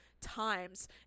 times